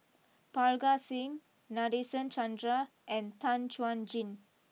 Parga Singh Nadasen Chandra and Tan Chuan Jin